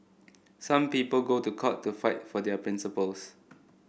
some people go to court to fight for their principles